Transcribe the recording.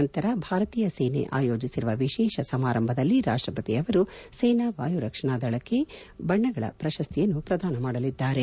ನಂತರ ಭಾರತೀಯ ಸೇನೆ ಆಯೋಜಿಸಿರುವ ವಿಶೇಷ ಸಮಾರಂಭದಲ್ಲಿ ರಾಷ್ಟ್ರಪತಿ ಅವರು ಸೇನಾ ವಾಯು ರಕ್ಷಣಾ ದಳಕ್ಕೆ ರಾಷ್ಟ್ರಪತಿ ಬಣ್ಣಗಳ ಪ್ರಶಸ್ತಿಯನ್ನು ಪ್ರದಾನ ಮಾಡಲಿದ್ದಾರೆ